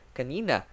kanina